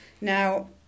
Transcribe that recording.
Now